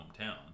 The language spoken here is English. hometown